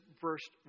first